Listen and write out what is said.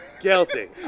Guilty